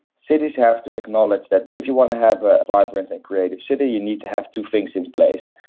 cities have to acknowledge that if you want to have a vibrant and creative city you need to have two things in place.